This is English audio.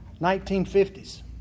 1950s